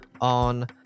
on